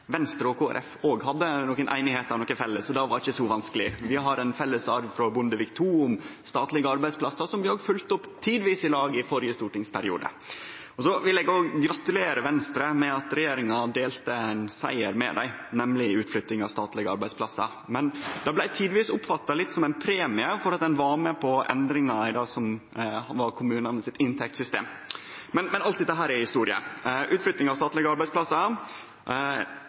Venstre og Kristeleg Folkeparti òg hadde nokre einigheiter og noko felles, og det var ikkje så vanskeleg. Vi har ein felles arv frå Bondevik II om statlege arbeidsplassar, som vi òg følgde opp tidvis i lag i førre stortingsperiode. Så vil eg òg gratulere Venstre med at regjeringa delte ein siger med dei, nemleg utflytting av statlege arbeidsplassar. Men det blei tidvis oppfatta litt som ein premie for at ein var med på endringar i det som var kommunane sitt inntektssystem. Men alt dette er historie. Utflytting av statlege arbeidsplassar